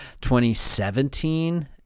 2017